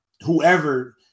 whoever